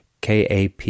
KAP